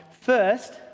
First